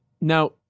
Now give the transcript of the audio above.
Now